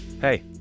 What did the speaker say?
Hey